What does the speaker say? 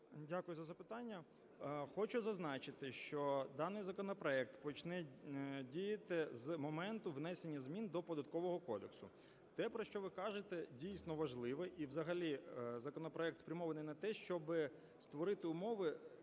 Дякую за запитання. Хочу зазначити, що даний законопроект почне діяти з моменту внесення змін до Податкового кодексу. Те, про що ви кажете, дійсно, важливе, і взагалі законопроект спрямований на те, щоб створити умови,